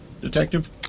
detective